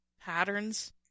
patterns